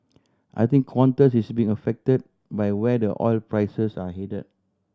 I think Qantas is being affected by where the oil prices are headed